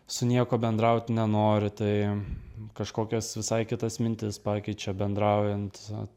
su niekuo bendraut nenori tai kažkokias visai kitas mintis pakeičia bendraujant